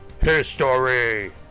history